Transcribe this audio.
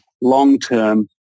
long-term